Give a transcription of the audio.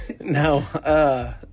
No